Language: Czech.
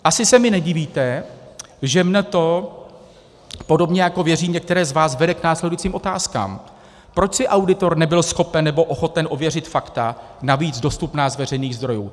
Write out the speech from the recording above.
Asi se mi nedivíte, že mě to podobně jako, věřím, některé z vás, vede k následujícím otázkám: Proč si auditor nebyl schopen nebo ochoten ověřit fakta, navíc dostupná z veřejných zdrojů?